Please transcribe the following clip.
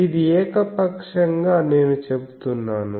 ఇది ఏకపక్షంగా నేను చెబుతున్నాను